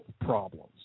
problems